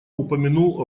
упомянул